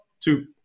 two